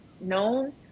known